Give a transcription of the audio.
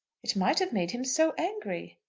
it might have made him so angry!